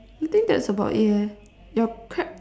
I think that's about it leh your crab